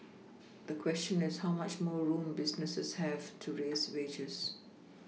the question is how much more room businesses have to raise wages